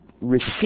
receive